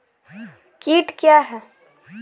कीट क्या है?